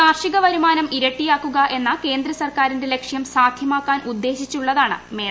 കാർഷിക വരുമാനം ഇരട്ടിയാക്കുക എന്ന കേന്ദ്രസർക്കാരിന്റെ ലക്ഷ്യം സാധ്യമാക്കാനുദ്ദേശിച്ചുള്ളതാണ് ഈ മേള